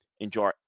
Enjoy